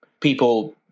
people